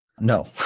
No